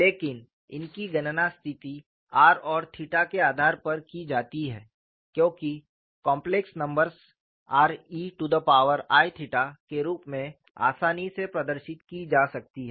लेकिन इनकी गणना स्थिति r और थीटा के आधार पर की जाती है क्योंकि काम्प्लेक्स नंबर्स rei के रूप में आसानी से प्रदर्शित की जा सकती हैं